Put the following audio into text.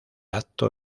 acto